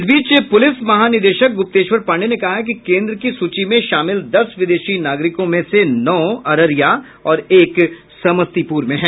इस बीच पुलिस महानिदेशक गुप्तेश्वर पांडे ने कहा है कि केंद्र की सूची में शामिल दस विदेशी नागरिकों में से नौ अररिया और एक समस्तीपुर में है